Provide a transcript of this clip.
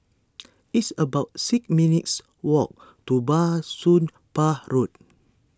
it's about six minutes' walk to Bah Soon Pah Road